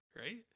right